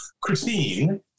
christine